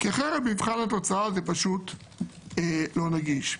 כי אחרת במבחן התוצאה זה פשוט לא נגיש.